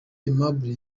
aimable